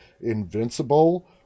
Invincible